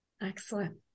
Excellent